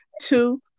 Two